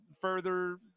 further